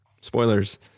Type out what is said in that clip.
Spoilers